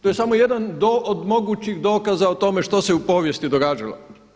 To je samo jedan od mogućih dokaza o tome što se u povijesti događalo.